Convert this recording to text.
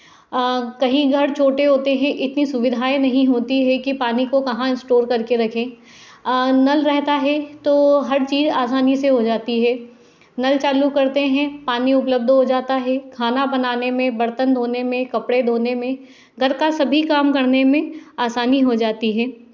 कहीं घर छोटे होते हैं इतनी सुविधाएं नहीं होती है कि पानी को कहाँ स्टोर करके रखें नल रहता है तो हर चीज आसानी से हो जाती है नल चालू करते हैं पानी उपलब्ध हो जाता है खाना बनाने में बर्तन धोने में कपड़े धोने में घर का सभी काम करने में आसानी हो जाती है